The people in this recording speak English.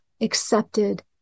accepted